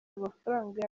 amafaranga